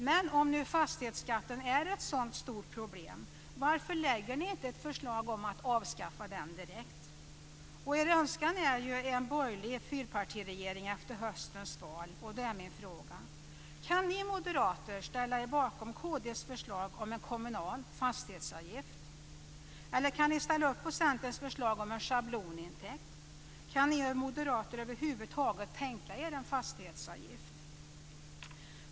Men om nu fastighetsskatten är ett sådant stort problem, varför lägger ni inte ett förslag om att avskaffa den direkt? Er önskan är ju en borgerlig fyrpartiregering efter höstens val. Då är min fråga: Kan ni moderater ställa er bakom kd:s förslag om en kommunal fastighetsavgift? Eller kan ni ställa upp på Centerns förslag om en schablonintäkt? Kan ni moderater överhuvudtaget tänka er en fastighetsavgift?